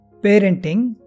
Parenting